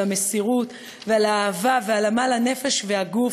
המסירות ועל האהבה ועל עמל הנפש והגוף,